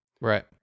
Right